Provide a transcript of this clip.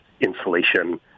insulation